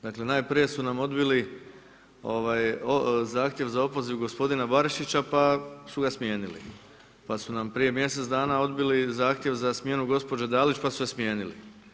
Dakle najprije su nam odbili zahtjev za opoziv gospodina Barišića pa su ga smijenili, pa su nam prije mjesec dana odbili zahtjev za smjenu gospođe DAlić pa su je smijenili.